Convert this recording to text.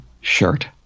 shirt